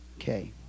Okay